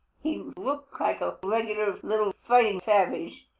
he looked like a regular little fighting savage.